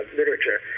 literature